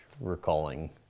recalling